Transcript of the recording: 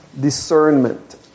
discernment